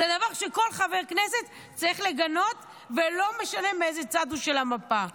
זה דבר שכל חבר כנסת צריך לגנות ולא משנה מאיזה צד של המפה הוא.